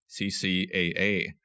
CCAA